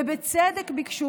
ובצדק ביקשו,